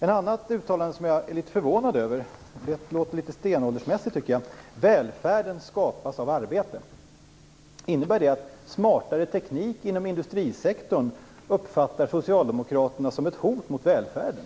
Ett annat uttalande som jag är litet förvånad över - det låter litet stenåldersmässigt, tycker jag - är: Välfärd skapas av arbete. Innebär det att smartare teknik inom industrisektorn uppfattas av socialdemokraterna som ett hot mot välfärden?